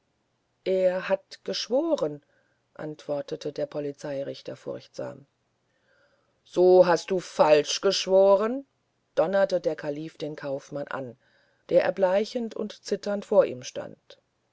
er hat geschworen antwortete der polizeirichter furchtsam so hast du falsch geschworen donnerte der kalife den kaufmann an der erbleichend und zitternd vor ihm stand